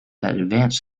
advanced